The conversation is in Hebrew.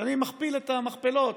כשאני מכפיל את המכפלות,